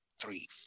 three